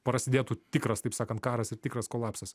prasidėtų tikras taip sakant karas ir tikras kolapsas